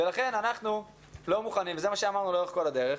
ולכן אנחנו לא מוכנים וזה מה שאמרנו לאורך כל הדרך,